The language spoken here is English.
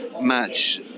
match